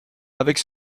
avec